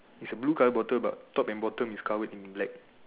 is a blue color bottle but top and bottom is covered in black